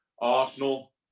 Arsenal